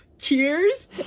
cheers